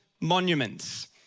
monuments